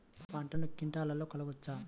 పంటను క్వింటాల్లలో కొలవచ్చా?